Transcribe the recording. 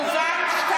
חברים,